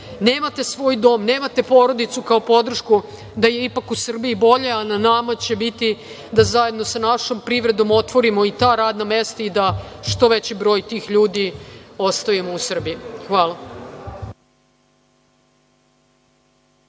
nemate svoj dom, nemate porodicu kao podršku, a da je ipak u Srbiji bolje. Na nama će biti da zajedno sa našom privrednom otvorimo i ta radna mesta i da što veći broj tih ljudi ostavimo u Srbiji. Hvala.